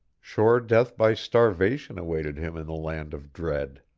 sure death by starvation awaited him in the land of dread.